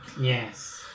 Yes